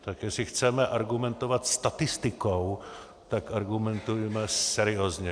Tak jestli chceme argumentovat statistikou, tak argumentujme seriózně.